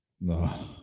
No